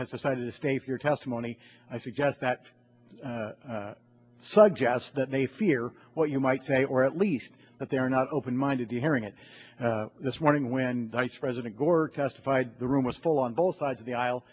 has decided to stay if your testimony i suggest that suggests that they fear what you might say or at least that they are not open minded to hearing it this morning when nice president gore testified the room was full on both sides of the aisle